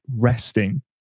resting